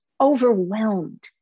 overwhelmed